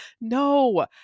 No